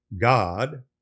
God